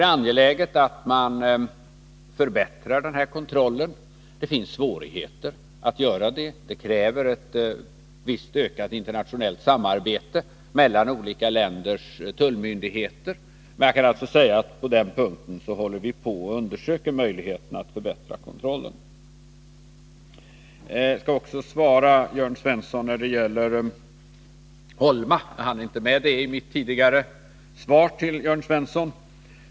Det är angeläget att vi förbättrar denna kontroll. Det finns svårigheter att göra detta. Det kräver bl.a. visst ökat internationellt samarbete mellan olika länders tullmyndigheter. På den punkten håller vi på och undersöker möjligheterna att förbättra kontrollen. Jag skall också svara Jörn Svensson när det gäller Holma. Jag hann inte med det i mitt tidigare svar till honom.